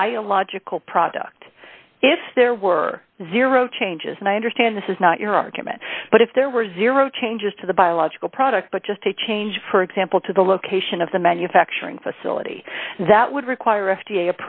biological product if there were zero changes and i understand this is not your argument but if there were zero changes to the biological product but just a change for example to the location of the manufacturing facility that would require f